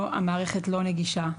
המערכת לא נגישה,